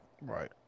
right